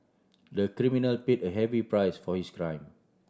the criminal paid a heavy price for his crime